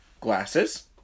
glasses